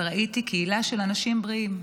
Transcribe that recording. וראיתי קהילה של אנשים בריאים.